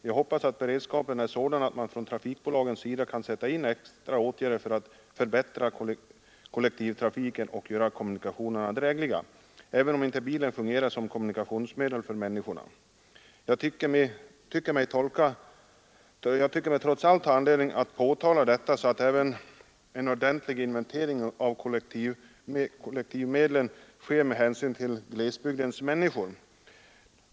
Jag hoppas att beredskapen är sådan att trafikbolagen kan sätta in extra åtgärder för att förbättra kollektivtrafiken och göra kommunikationerna drägliga, även om inte bilen fungerar som kommunikationsmedel för människorna. Jag tycker mig trots allt ha anledning att påtala detta så att en ordentlig inventering av kollektivtrafikmedlen görs med hänsyn till glesbygdens människor.